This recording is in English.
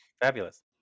Fabulous